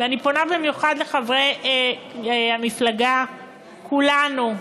אני פונה במיוחד לחברי מפלגת כולנו,